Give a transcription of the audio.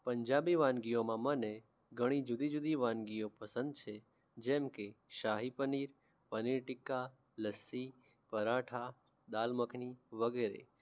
પંજાબી વાનગીઓમાં મને ઘણી જુદી જુદી વાનગીઓ પસંદ છે જેમ કે શાહી પનીર પનીર ટિક્કા લસ્સી પરાઠા દાલ મખની વગેરે